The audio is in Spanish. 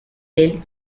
del